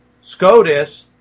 SCOTUS